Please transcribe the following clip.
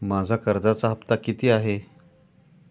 माझा कर्जाचा हफ्ता किती आहे?